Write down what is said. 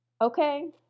Okay